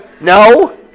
No